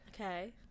Okay